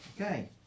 Okay